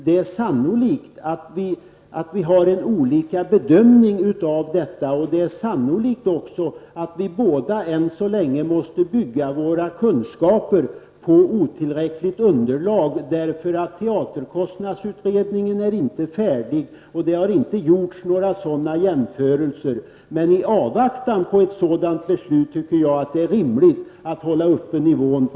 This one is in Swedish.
Det är sannolikt att vi gör en olika bedömning, och det är sannolikt att vi båda än så länge får bygga våra kunskaper på otillräckligt underlag, därför att teaterkostnadsutredningen inte är färdig och att det inte gjorts några jämförelser. Men i avvaktan på ett besked tycker jag att det är rimligt att hålla uppe nivån på